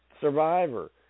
survivor